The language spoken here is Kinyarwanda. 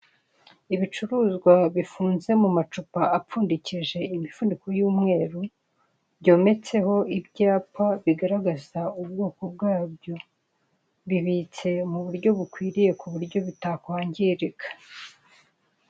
Ibicuruzwa bifunze mu macupa upfundikije imifuniko y'umweru, byometseho ibyapa bigaragaza ubwoko bwabyo. Bibitse kuburyo bitakangirika.